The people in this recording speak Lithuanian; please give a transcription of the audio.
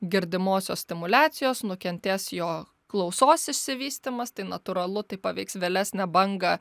girdimosios stimuliacijos nukentės jo klausos išsivystymas tai natūralu tai paveiks vėlesnę bangą